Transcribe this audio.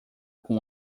com